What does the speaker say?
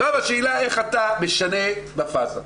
עכשיו השאלה איך אתה משנה בפאזה.